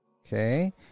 okay